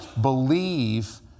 believe